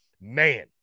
man